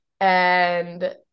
And-